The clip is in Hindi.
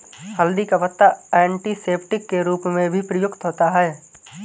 हल्दी का पत्ता एंटीसेप्टिक के रूप में भी प्रयुक्त होता है